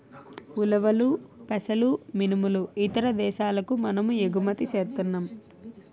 ఉలవలు పెసలు మినుములు ఇతర దేశాలకు మనము ఎగుమతి సేస్తన్నాం